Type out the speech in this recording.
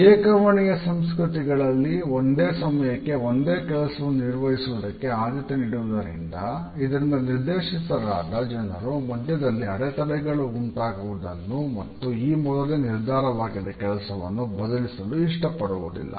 ಏಕವರ್ಣೀಯ ಸಂಸ್ಕೃತಿಗಳಲ್ಲಿ ಒಂದು ಸಮಯಕ್ಕೆ ಒಂದೇ ಕೆಲಸ ನಿರ್ವಹಿಸುವುದಕ್ಕೆ ಆದ್ಯತೆ ನೀಡುವುದರಿಂದ ಇದರಿಂದ ನಿರ್ದೇಶಿತರಾದ ಜನರು ಮಧ್ಯದಲ್ಲಿ ಅಡೆತಡೆಗಳು ಉಂಟಾಗುವುದನ್ನು ಮತ್ತು ಈ ಮೊದಲೇ ನಿರ್ಧಾರವಾಗಿದ್ದ ಕೆಲಸವನ್ನು ಬದಲಿಸಲು ಇಷ್ಟಪಡುವುದಿಲ್ಲ